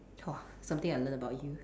!whoa! something I learn about you